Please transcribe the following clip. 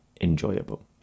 enjoyable